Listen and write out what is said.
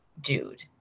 dude